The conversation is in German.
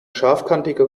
scharfkantige